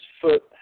foot